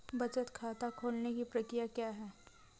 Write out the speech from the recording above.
बचत खाता खोलने की प्रक्रिया क्या है?